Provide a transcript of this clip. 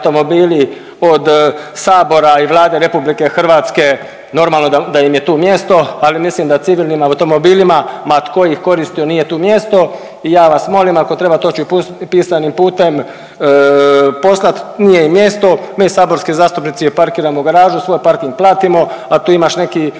automobili od sabora i Vlade RH, normalno da im je tu mjesto, ali mislim da civilnim automobilima ma tko ih koristio nije tu mjesto i ja vas molim ako treba to ću i pisanim putem poslat, nije im mjesto, mi saborski zastupnici parkiramo u garažu, svoj parking platimo, a tu imaš neki